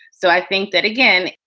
so i think that, again,